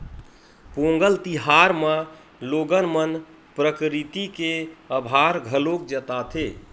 पोंगल तिहार म लोगन मन प्रकरिति के अभार घलोक जताथे